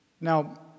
Now